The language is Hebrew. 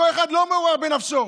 אותו אחד לא מעורער בנפשו,